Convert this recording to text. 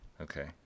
Okay